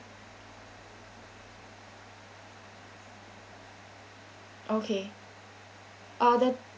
okay uh then